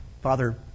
Father